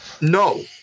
No